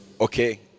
okay